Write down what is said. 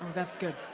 that's good.